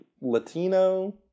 Latino